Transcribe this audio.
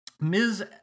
Ms